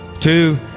two